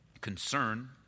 concern